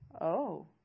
Oh